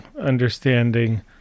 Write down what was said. understanding